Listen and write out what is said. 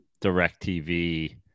DirecTV